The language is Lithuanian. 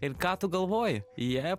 ir ką tu galvoji jie